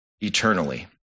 eternally